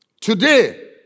Today